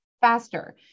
faster